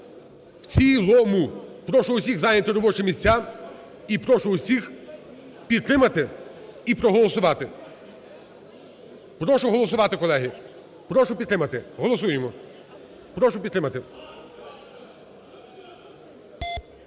в цілому. Прошу всіх зайняти робочі місця і прошу всіх підтримати і проголосувати. Прошу голосувати, колеги. Прошу підтримати. Голосуємо. Прошу підтримати.